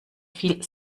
viel